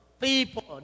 people